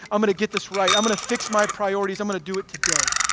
i'm gonna get this right. i'm gonna fix my priorities. i'm gonna do it today.